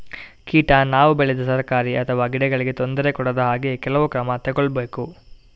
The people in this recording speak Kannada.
ಕೀಟ ನಾವು ಬೆಳೆದ ತರಕಾರಿ ಅಥವಾ ಗಿಡಗಳಿಗೆ ತೊಂದರೆ ಕೊಡದ ಹಾಗೆ ಕೆಲವು ಕ್ರಮ ತಗೊಳ್ಬೇಕು